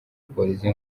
polisi